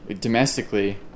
domestically